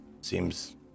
Seems